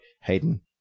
Hayden